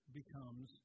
becomes